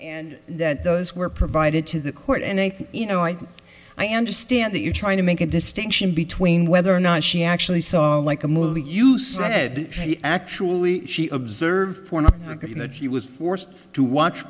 and that those were provided to the court and i think you know i i understand that you're trying to make a distinction between whether or not she actually saw like a movie you said actually she observed that he was forced to watch